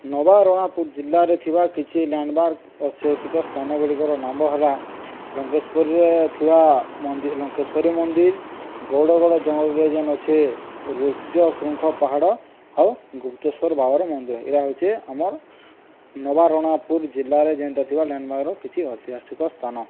ନବାରଣପୁର ଜିଲ୍ଲାରେ ଥିବା କିଛି ଲ୍ୟାଣ୍ଡମାର୍କ ଐତିହାସିକ ସ୍ଥାନ ଗୁଡ଼ିକର ନାମ ହେଲା ଲଙ୍କେଶ୍ୱରୀ ଥିବା ମନ୍ଦିର ଲଙ୍କେଶ୍ୱରୀ ମନ୍ଦିର ଗୌଡ଼ଗୋଡ଼ ଜଙ୍ଗଲରେ ଯେନ୍ ଅଛେ ରୃଷ୍ୟ ଶୃଙ୍ଖ ପାହାଡ଼ ଆଉ ଗୁପ୍ତେଶ୍ୱର ବାବାର ମନ୍ଦିର ଏଇରା ହେଉଛି ଆମର ନବାରଣପୁର ଜିଲ୍ଲାରେ ଯେନ୍ତା ଥିବା ଲ୍ୟାଣ୍ଡମାର୍କର କିଛି ଐତିହାସିକ ସ୍ଥାନ